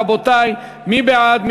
רבותי, מי בעד?